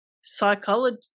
psychology